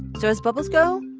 so as bubbles go,